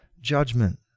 judgment